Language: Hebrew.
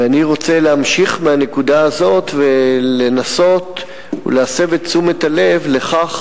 ואני רוצה להמשיך מהנקודה הזו ולנסות להסב את תשומת הלב לכך